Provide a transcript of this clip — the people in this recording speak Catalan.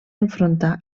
enfrontar